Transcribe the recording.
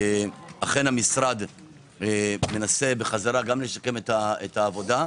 אכן, המשרד מנסה בחזרה גם לשקם את העבודה,